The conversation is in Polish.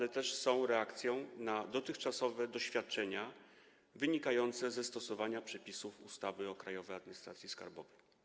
Są też reakcją na dotychczasowe doświadczenia wynikające ze stosowania przepisów ustawy o Krajowej Administracji Skarbowej.